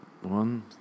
One